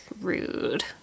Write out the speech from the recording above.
rude